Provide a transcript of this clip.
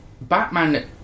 Batman